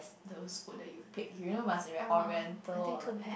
the food that you pick you know must be very oriental or like